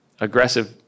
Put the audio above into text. aggressive